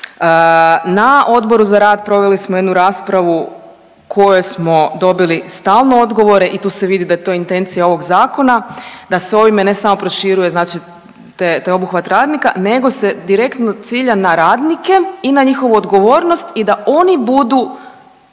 Na Odboru za rad proveli smo jednu raspravu u kojoj smo dobili stalno odgovore i tu se vidi da je to intencija ovog zakona, da se ovime ne samo proširuje taj obuhvat radnika nego se direktno cilja na radnike i na njihovu odgovornost i da oni budu